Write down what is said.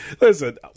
listen